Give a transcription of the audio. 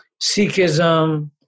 Sikhism